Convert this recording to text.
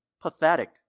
pathetic